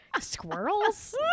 squirrels